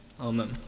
Amen